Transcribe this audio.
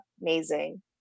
amazing